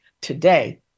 today